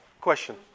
Question